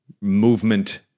movement